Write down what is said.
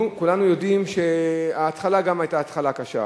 נו, כולנו יודעים שגם ההתחלה היתה התחלה קשה.